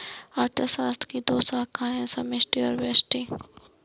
अर्थशास्त्र की दो शाखाए है समष्टि और व्यष्टि